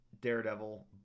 Daredevil